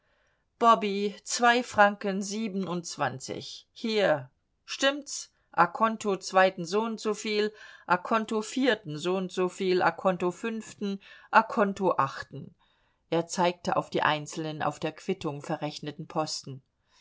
bobby zwei franken siebenundzwanzig hier stimmt's a conto zweiten soundsoviel conto vierten soundsoviel conto fünften conto achten er zeigte auf die einzelnen auf der quittung verrechneten posten